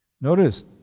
Notice